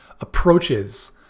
approaches